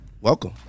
welcome